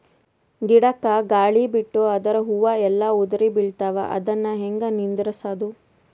ಗಿಡಕ, ಗಾಳಿ ಬಿಟ್ಟು ಅದರ ಹೂವ ಎಲ್ಲಾ ಉದುರಿಬೀಳತಾವ, ಅದನ್ ಹೆಂಗ ನಿಂದರಸದು?